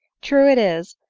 true it is,